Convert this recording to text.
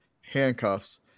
handcuffs